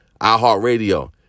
iHeartRadio